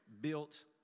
built